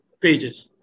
pages